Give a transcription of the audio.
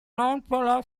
nonpolar